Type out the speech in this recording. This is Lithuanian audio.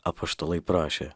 apaštalai prašė